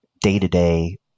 day-to-day